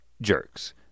jerks